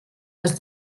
les